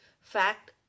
fact